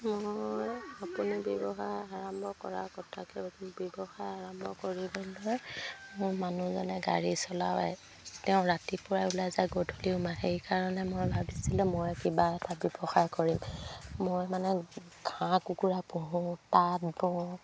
মই আপুনি ব্যৱসায় আৰম্ভ কৰাৰ কথাকে ব্যৱসায় আৰম্ভ কৰিবলৈ মোৰ মানুহজনে গাড়ী চলাই তেওঁ ৰাতিপুৱাই ওলাই যায় গধূলি সোমাই সেইকাৰণে মই ভাবিছিলো মই কিবা এটা ব্যৱসায় কৰিম মই মানে হাঁহ কুকুৰা পোহো তাঁত বও